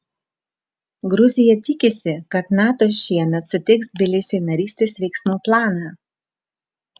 gruzija tikisi kad nato šiemet suteiks tbilisiui narystės veiksmų planą